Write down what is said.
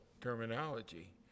terminology